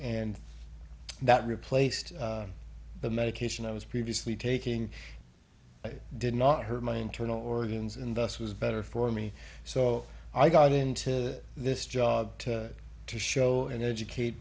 and that replaced the medication i was previously taking it did not hurt my internal organs and thus was better for me so i got into this job to show and educate